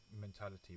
mentality